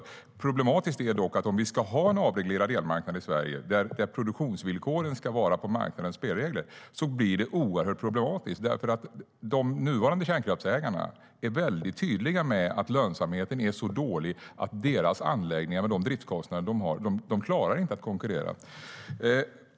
Det är dock problematiskt att om vi ska ha en avreglerad elmarknad i Sverige, där produktionsvillkoren ska vara enligt marknadens spelregler, blir det oerhört problematiskt. De nuvarande kärnkraftsägarna är nämligen mycket tydliga med att lönsamheten är så dålig att deras anläggningar med de driftskostnader som de har inte klarar att konkurrera.